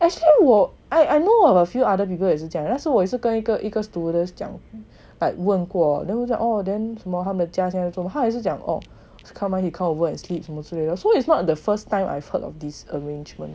that' why 我 I I I know about a few other people 也是这样那是我也是跟是我是跟一个 students 讲 but 问过 then like oh 什么他们讲讲讲他也是讲 oh come over to sleep so it's not the first time I've heard of this arrangement